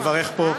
לברך פה.